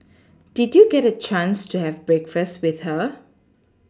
did you get a chance to have breakfast with her